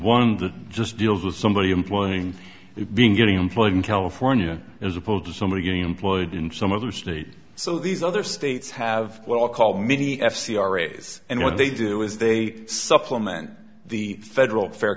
one that just deals with somebody employing you being getting employed in california as opposed to somebody getting employment in some other state so these other states have well call me f c r a's and what they do is they supplement the federal f